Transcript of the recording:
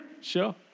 sure